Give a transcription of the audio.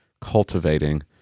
cultivating